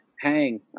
hang